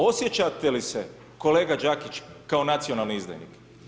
Osjećate li se kolega Đakić kao nacionalni izdajnik?